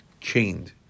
chained